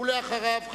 ואחריו,